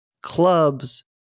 clubs